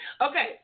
Okay